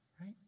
Right